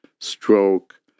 stroke